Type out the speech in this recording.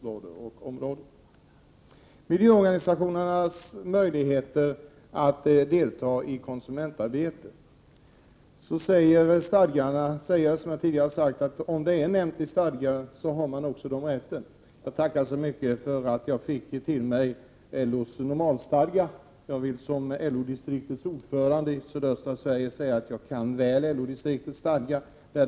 Vad gäller miljöorganisationernas möjligheter att delta i konsumentarbetet vill jag, som jag tidigare gjort, peka på att de har den rätten om den är inskriven i stadgarna. Jag tackar för att man till mig har överlämnat LO:s normalstadgar. Jag vill som ordförande i LO-distriktet i södra Sverige säga att jag känner till LO:s stadgar väl.